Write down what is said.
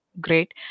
great